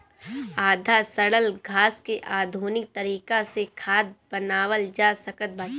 आधा सड़ल घास के आधुनिक तरीका से खाद बनावल जा सकत बाटे